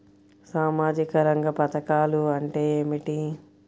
సామాజిక రంగ పధకాలు అంటే ఏమిటీ?